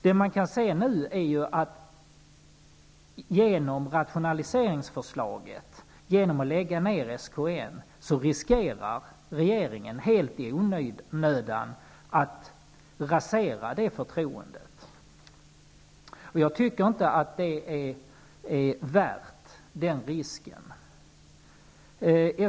Det man kan se nu är att regeringen, genom rationaliseringsförslaget och genom att lägga ned SKN, helt i onödan riskerar att rasera förtroendet. Jag tycker inte att det är värt den risken.